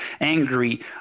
angry